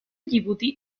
yibuti